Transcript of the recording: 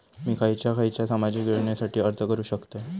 मी खयच्या खयच्या सामाजिक योजनेसाठी अर्ज करू शकतय?